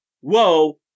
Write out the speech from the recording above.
whoa